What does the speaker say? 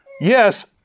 yes